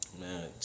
Man